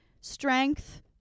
strength